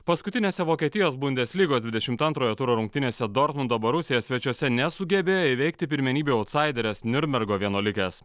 paskutinėse vokietijos bundeslygos dvidešimt antrojo turo rungtynėse dortmundo borusiją svečiuose nesugebėjo įveikti pirmenybių autsaiderės niurnbergo vienuolikės